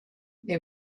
they